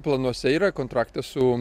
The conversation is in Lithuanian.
planuose yra kontraktas su